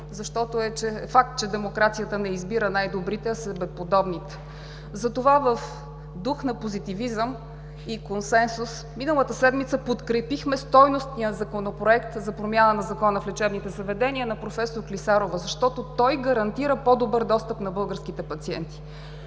защото е факт, че демокрацията не избира най-добрите, а себеподобните. Затова в дух на позитивизъм и консенсус миналата седмица подкрепихме стойностния Законопроект за промяна на Закона в лечебните заведения, на профeсор Клисарова, защото той гарантира по-добър достъп на българските пациенти.